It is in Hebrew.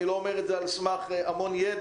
אני לא אומר את זה על סמך המון ידע,